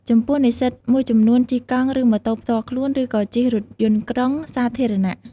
ចំពោះនិស្សិតមួយចំនួនជិះកង់ ឬម៉ូតូផ្ទាល់ខ្លួន ឬក៏ជិះរថយន្តក្រុងសាធារណៈ។